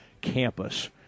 campus